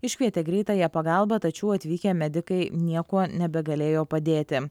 iškvietė greitąją pagalbą tačiau atvykę medikai niekuo nebegalėjo padėti